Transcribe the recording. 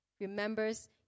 remembers